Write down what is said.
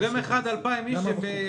דוגם אחד ל-2,000 אנשים?